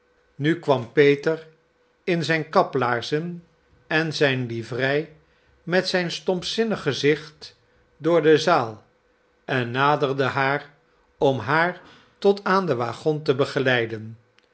nu kwam peter in zijn kaplaarzen en zijn livrei met zijn stompzinnig gezicht door de zaal en naderde haar om haar tot aan den waggon te begeleiden